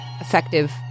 effective